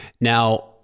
Now